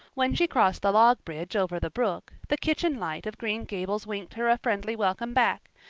when she crossed the log bridge over the brook the kitchen light of green gables winked her a friendly welcome back,